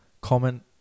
Comment